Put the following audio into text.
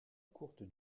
courte